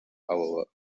however